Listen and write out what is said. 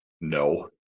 No